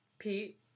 Pete